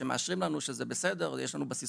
שמאשרים לנו שזה בסדר ויש לנו בסיס